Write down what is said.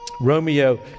Romeo